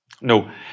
No